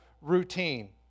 routine